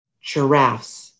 giraffes